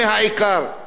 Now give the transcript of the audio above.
וכולנו יודעים